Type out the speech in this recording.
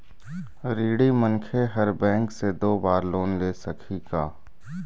ऋणी मनखे हर बैंक से दो बार लोन ले सकही का?